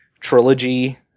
trilogy